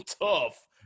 Tough